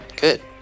good